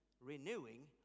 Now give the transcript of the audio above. renewing